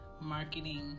Marketing